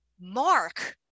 mark